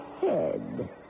head